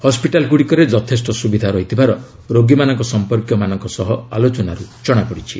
ହସ୍କିଟାଲଗୁଡ଼ିକରେ ଯଥେଷ୍ଟ ସୁବିଧା ରହିଥିବାର ରୋଗୀମାନଙ୍କ ସମ୍ପର୍କୀୟମାନଙ୍କ ସହ ଆଲୋଚନାରୁ ଜଣାପଡ଼ିଛି